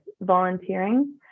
volunteering